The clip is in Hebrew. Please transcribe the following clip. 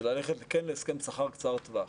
זה כן ללכת להסכם שכר קצר טווח.